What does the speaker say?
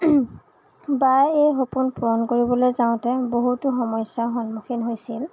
বায়ে এই সপোন পূৰণ কৰিবলৈ যাওঁতে বহুতো সমস্য়াৰ সন্মুখীন হৈছিল